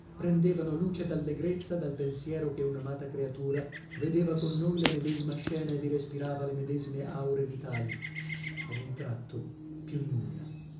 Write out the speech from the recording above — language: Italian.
prendevano luce d'allegrezza dal pensiero che un'amata creatura vedeva con noi la medesima scena e vi respirava le medesime aure vitali ad un tratto più nulla